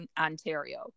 Ontario